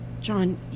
John